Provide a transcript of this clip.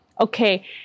okay